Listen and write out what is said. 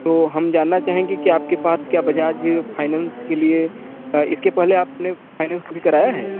तो हम जानना चाहेंगे के आपके पास क्या बजाज फाइनेंस के लिए इसके पहले आपने फाइनेंस कभी कराया है